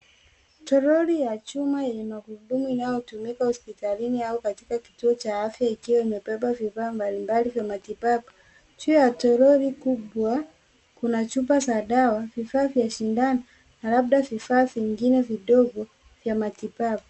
Toroli ya chuma yenye magurudumu inayotumika hospitalini au kituo cha afya ikiwa imebeba vifaa mbalimbali vya matibabu. Juu ya toroli kubwa kuna chupa za dawa, vifaa vya dawa na labda vifaa vingine vidogo vya matibabu.